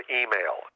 email